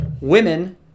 Women